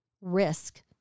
risk